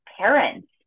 parents